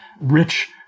rich